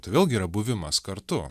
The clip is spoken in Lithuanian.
tai vėlgi yra buvimas kartu